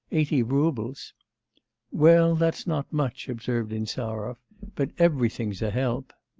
eighty roubles well, that's not much observed insarov but everything's a help